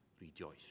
rejoice